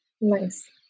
Nice